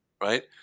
right